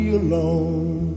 alone